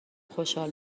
خوشحال